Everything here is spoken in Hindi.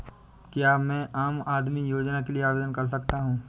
क्या मैं आम आदमी योजना के लिए आवेदन कर सकता हूँ?